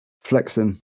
flexing